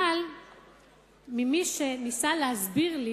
אבל ממי שניסה להסביר לי,